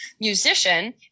musician